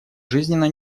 жизненно